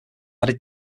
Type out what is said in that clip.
added